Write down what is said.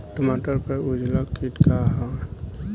टमाटर पर उजला किट का है?